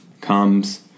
comes